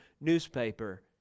newspaper